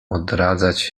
odradzać